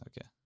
Okay